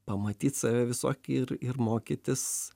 pamatyt save visokį ir ir mokytis